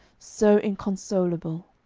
so inconsolable.